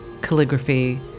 calligraphy